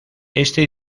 este